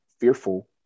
fearful